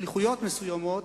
שליחויות מסוימות,